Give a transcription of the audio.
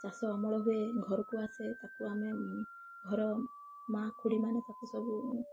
ଚାଷ ଅମଳ ହୁଏ ଘରକୁ ଆସେ ତାକୁ ଆମେ ଘର ମାଆ ଖୁଡ଼ୀମାନେ ତାକୁ ସବୁ